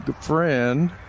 friend